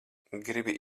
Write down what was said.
gribi